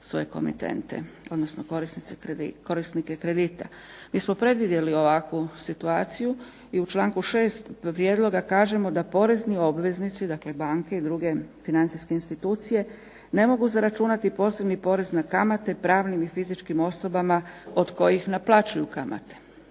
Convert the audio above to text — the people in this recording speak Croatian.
svoje komitente odnosno korisnike kredita. Mi smo predvidjeli ovakvu situaciju i u članku 6. prijedloga kažemo da porezni obveznici, dakle banke i druge financijske institucije ne mogu zaračunati posebni porez na kamate pravnim i fizičkim osobama od kojih naplaćuju kamate.